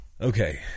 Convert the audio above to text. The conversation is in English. Okay